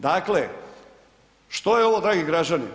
Dakle, što je ovo dragi građani?